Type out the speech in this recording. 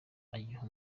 agiha